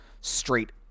straight